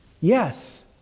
Yes